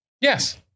yes